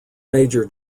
major